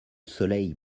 soleil